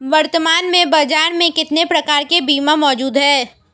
वर्तमान में बाज़ार में कितने प्रकार के बीमा मौजूद हैं?